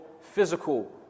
physical